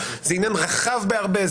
זה עניין רחב בהרבה,